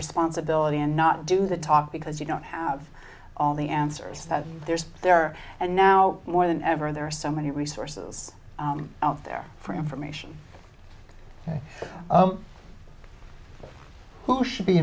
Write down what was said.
responsibility and not do the talk because you don't have all the answers that there's there are and now more than ever there are so many resources out there for information who should be